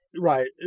Right